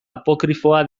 apokrifoa